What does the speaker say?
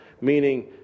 Meaning